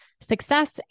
success